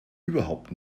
überhaupt